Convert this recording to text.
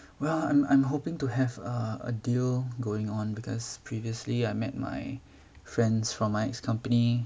well I'm I'm hoping to have a a deal going on because previously I met my friends from my ex company